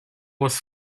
was